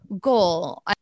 goal